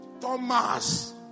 Thomas